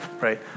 right